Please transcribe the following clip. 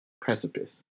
precipice